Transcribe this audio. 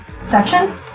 section